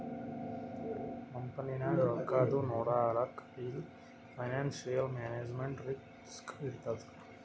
ಕಂಪನಿನಾಗ್ ರೊಕ್ಕಾದು ನೊಡ್ಕೊಳಕ್ ಇದು ಫೈನಾನ್ಸಿಯಲ್ ಮ್ಯಾನೇಜ್ಮೆಂಟ್ ರಿಸ್ಕ್ ಇರ್ತದ್